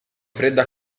fredda